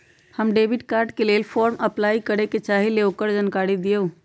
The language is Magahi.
हम डेबिट कार्ड के लेल फॉर्म अपलाई करे के चाहीं ल ओकर जानकारी दीउ?